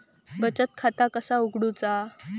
बचत खाता कसा उघडूचा?